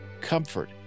comfort